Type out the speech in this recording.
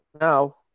now